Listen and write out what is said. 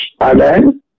Amen